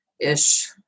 ish